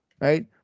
Right